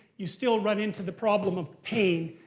you still run into the problem of pain.